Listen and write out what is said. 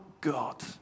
God